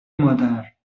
مادر